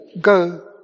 go